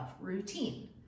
routine